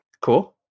Cool